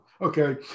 Okay